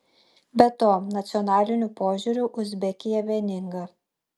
be to nacionaliniu požiūriu uzbekija vieninga